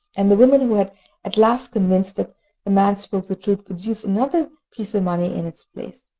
and the woman, who was at last convinced that the man spoke the truth, produced another piece of money in its place.